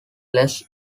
less